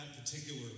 particular